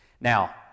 Now